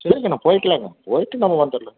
சரிங்க அண்ணா போயிக்கலாம்ங்க போயிவிட்டு நம்ம வந்துரலாம்